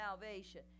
salvation